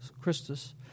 Christus